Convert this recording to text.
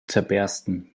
zerbersten